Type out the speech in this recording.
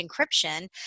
encryption